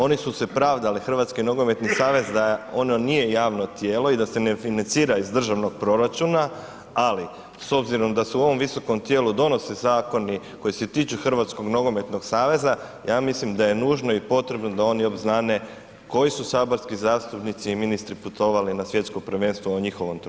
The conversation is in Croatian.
Oni su se pravdali Hrvatski nogometni savez da ono nije javno tijelo i da se ne financira iz državnog proračuna, ali s obzirom da se u ovom visokom tijelu donose zakoni koji se tiču Hrvatskog nogometnog saveza ja mislim da je nužno i potrebno da oni obznane koji su saborski zastupnici i ministri putovali na Svjetsko prvenstvo o njihovom trošku.